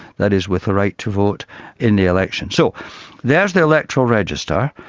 that is with a right to vote in the election. so there's the electoral register,